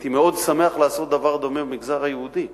הייתי מאוד שמח לעשות דבר דומה במגזר היהודי,